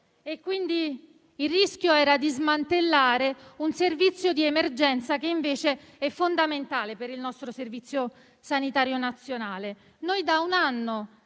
euro. Il rischio era quindi di smantellare un servizio di emergenza che invece è fondamentale per il nostro Servizio sanitario nazionale. Da un anno